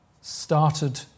started